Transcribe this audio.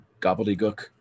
gobbledygook